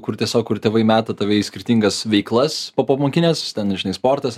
kur tiesiog kur tėvai meta tave į skirtingas veiklas popamokines ten žinai sportas